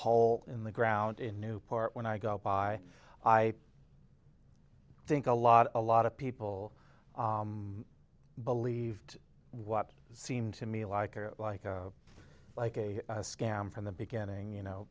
hole in the ground in newport when i go by i think a lot a lot of people believed what seemed to me like a like a like a scam from the beginning you know